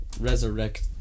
resurrect